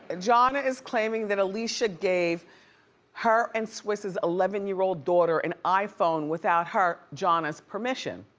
and jahna is claiming that alicia gave her and swizz's eleven year old daughter an iphone without her, jahna's, permission.